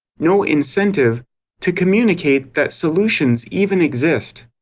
no incentive to communicate that solutions even exist.